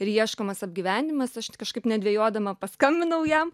ir ieškomas apgyvendinimas aš kažkaip nedvejodama paskambinau jam